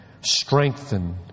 strengthen